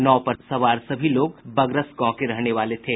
नाव पर सवार सभी लोग बगरस गांव के रहने वाले थे